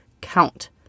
count